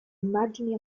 immagini